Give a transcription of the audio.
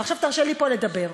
ועכשיו תרשה לי לדבר,